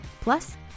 Plus